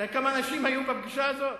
אתה יודע כמה אנשים היו בפגישה הזאת?